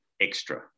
extra